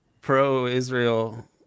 pro-Israel